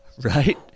Right